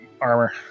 armor